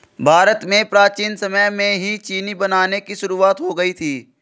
भारत में प्राचीन समय में ही चीनी बनाने की शुरुआत हो गयी थी